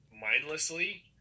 mindlessly